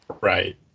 right